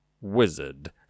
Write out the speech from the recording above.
wizard